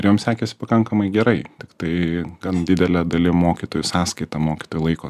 jom sekėsi pakankamai gerai tik tai gan didele dalim mokytojų sąskaita mokytojų laiko